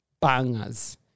bangers